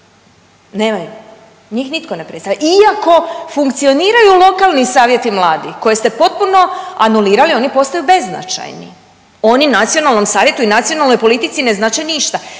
njih nitko ne predstavlja iako funkcioniraju lokalni savjeti mladih koje ste potpuno anulirali, oni postaju beznačajni. Oni Nacionalnom savjetu i nacionalnoj politici ne znače ništa.